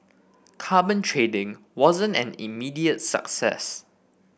carbon trading wasn't an immediate success